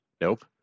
Nope